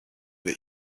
that